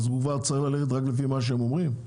הוא צריך ללכת רק לפי מה שהם אומרים?